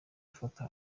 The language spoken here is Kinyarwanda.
ifoto